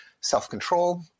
self-control